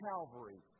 Calvary